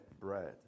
bread